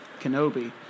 Kenobi